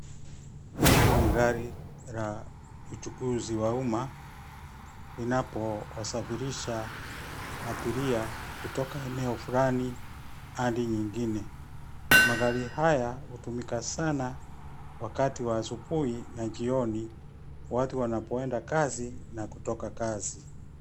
Hili ni gari la uchukuzi wa umma, linapowasafirisha abiria kutoka eneo fulani hadi nyingine. Magari haya hutumika sana wakati wa asubuhi na jioni watu wanapoenda kazi na kutoka kazi.